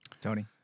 Tony